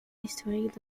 historiques